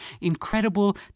incredible